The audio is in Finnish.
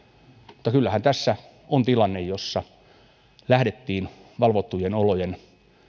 mutta kyllähän tässä on tilanne jossa lähdettiin valvottujen olojen